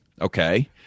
okay